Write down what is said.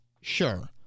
Sure